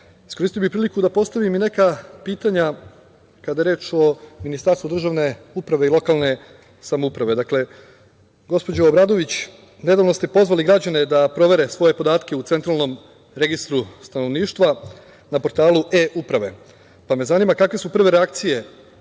licemerja. Iskoristio bih priliku da postavim i neka pitanja kada je reč o Ministarstvu državne uprave i lokalne samouprave. Gospođo Obradović, nedavno ste pozvali građane da provere svoje podatke u Centralnom registru stanovništva na portalu e-uprave, pa me zanima kakve su prve reakcije